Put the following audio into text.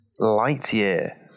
Lightyear